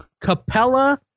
Capella